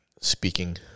speaking